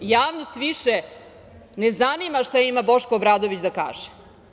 Javnost više ne zanima šta ima Boško Obradović da kaže.